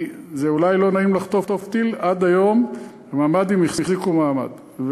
כי אולי לא נעים לחטוף טיל עד היום הממ"דים החזיקו מעמד.